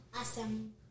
Awesome